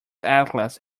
atlas